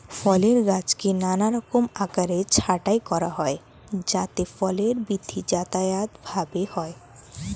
ফলের গাছকে নানারকম আকারে ছাঁটাই করা হয় যাতে ফলের বৃদ্ধি যথাযথভাবে হয়